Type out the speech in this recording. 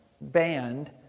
band